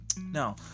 Now